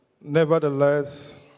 Nevertheless